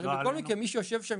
בכל מקרה מי שיושב שם,